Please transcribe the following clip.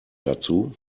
dazu